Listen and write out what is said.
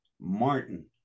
Martin